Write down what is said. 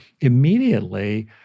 immediately